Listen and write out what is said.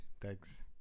Thanks